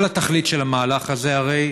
כל התכלית של המהלך הזה הרי,